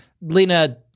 Lena